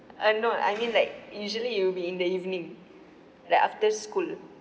uh no I mean like usually it will be in the evening like after school